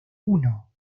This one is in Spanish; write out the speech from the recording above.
uno